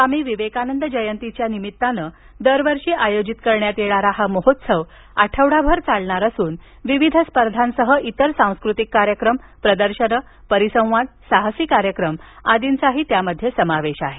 स्वामी विवेकानंद जयंतीचं निमित्तानं दरवर्षी आयोजित करण्यात येणारा हा महोत्सव आठवडाभर चालणार असून विविध स्पर्धांसह इतर सांस्कृतिक कार्यक्रम प्रदर्शनं परिसंवाद साहसी कार्यक्रम आदींचाही महोत्सवात समावेश आहे